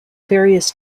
various